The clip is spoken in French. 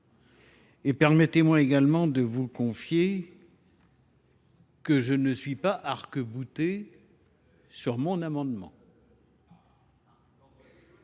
Et permettez-moi également de vous confier que je ne suis pas arc-bouté sur mon amendement.